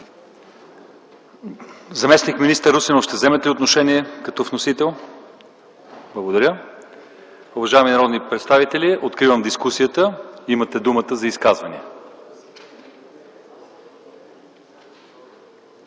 Заместник-министър Русинов, ще вземете ли отношение като вносител? Благодаря. Уважаеми народни представители, откривам дискусията. Имате думата за изказвания.